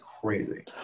crazy